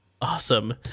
Awesome